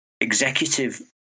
executive